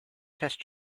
test